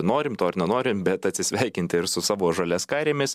norim to ar nenorim bet atsisveikinti ir su savo žaliaskarėmis